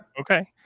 Okay